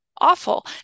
awful